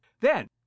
Then